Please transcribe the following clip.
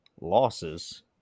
losses